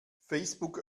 facebook